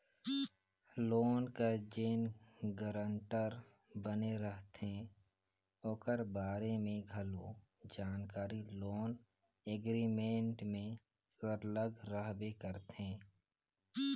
loan कर जेन guarantor बने रहथे ओकर बारे में घलो जानकारी लोन एग्रीमेंट में सरलग रहबे करथे